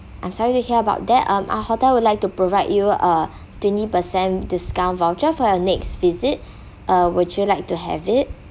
I'm sorry to hear about that um our hotel would like to provide you uh twenty percent discount voucher for your next visit uh would you like to have it